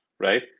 right